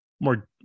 more